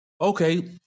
Okay